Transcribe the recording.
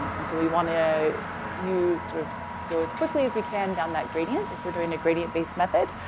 and so we want to use sort of go as quickly as we can down that gradient, if we're doing a gradient-based method,